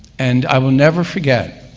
and i will never forget